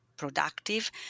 productive